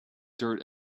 dust